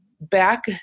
back